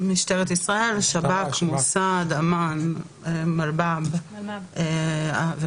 משטרת ישראל, שב"כ, מוסד, אמ"ן, מלב"מ ומח"ש.